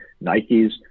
Nike's